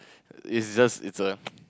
it just it's a